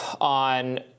on